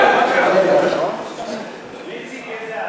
בבקשה.